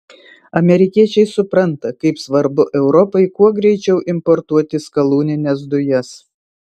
amerikiečiai supranta kaip svarbu europai kuo greičiau importuoti skalūnines dujas